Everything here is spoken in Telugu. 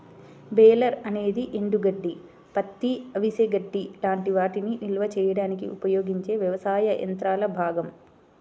బేలర్ అనేది ఎండుగడ్డి, పత్తి, అవిసె గడ్డి లాంటి వాటిని నిల్వ చేయడానికి ఉపయోగించే వ్యవసాయ యంత్రాల భాగం